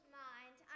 mind